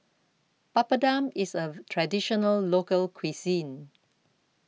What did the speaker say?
Papadum IS A Traditional Local Cuisine